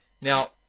Now